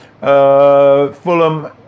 Fulham